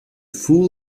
fool